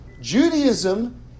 Judaism